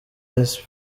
ice